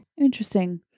interesting